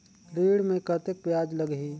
ऋण मे कतेक ब्याज लगही?